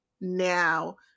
now